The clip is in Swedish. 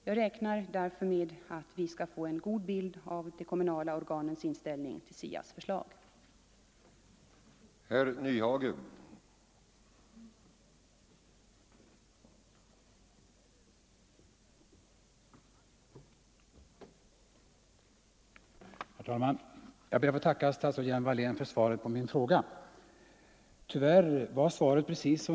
Jag räknar därför — lingen av SIA:s med att vi skall få en god bild av de kommunala organens inställning till — betänkande SIA:s förslag. Skolans arbetsmiljö, m.m.